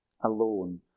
alone